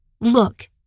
look